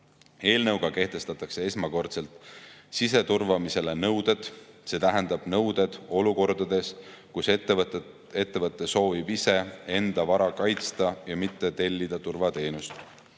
omadega. Eelnõuga kehtestatakse esmakordselt siseturvamise nõuded, see tähendab nõuded olukordades, kus ettevõte soovib ise enda vara kaitsta ja mitte tellida turvateenust.